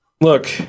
Look